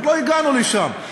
עוד לא הגענו לשם.